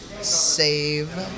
save